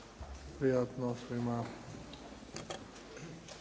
Prijatno svima.